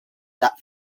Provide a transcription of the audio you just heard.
that